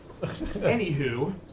Anywho